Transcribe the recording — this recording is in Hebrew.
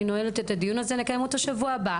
אני נועלת את הדיון הזה, ונקיים דיון בשבוע הבא.